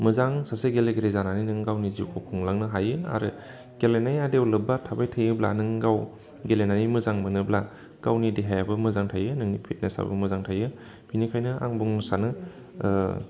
मोजां सासे गेलेरि जानानै नोङो गावनि जिउखौ खुंलांनो हायो आरो गेलेनाया देभलप बा थाबाय थायोब्ला नों गाव गेलेनानै मोजां मोनोब्ला गावनि देहायाबो मोजां थायो नोंनि फिटनेसाबो मोजां थायो बेनिखायनो आं बुंनो सानो